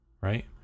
right